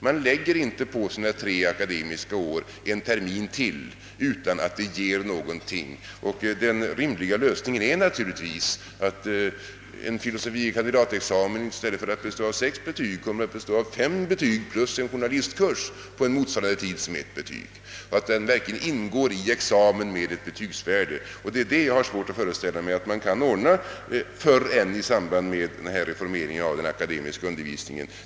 Man förlänger inte sina tre akademiska år med ytterligare, en termin utan att det ger något resultat, och den rimliga lösningen är naturligtvis att en filosofie kandidatexamen i stället för att bestå av sex betyg kommer att bestå av fem betyg plus en journalistkurs under en tid som motsvarar ett betyg, och som ingår i examen med ett betygs värde. Jag har svårt att föreställa mig att detta kan ordnas tidigare än i samband med en reformering av den akademiska undervisningen.